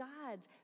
God's